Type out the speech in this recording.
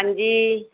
ਹਾਂਜੀ